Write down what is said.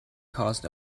caused